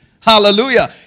Hallelujah